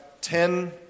ten